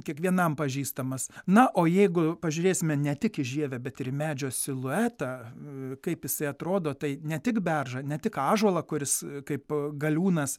kiekvienam pažįstamas na o jeigu pažiūrėsime ne tik į žievę bet ir į medžio siluetą kaip jisai atrodo tai ne tik beržą ne tik ąžuolą kuris kaip galiūnas